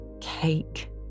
Cake